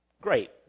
Great